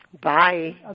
bye